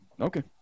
okay